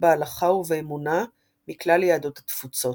בהלכה ובאמונה מכלל יהדות התפוצות.